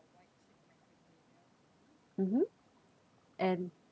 mmhmm and